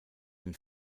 den